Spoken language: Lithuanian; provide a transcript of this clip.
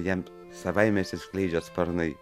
jam savaime išsiskleidžia sparnai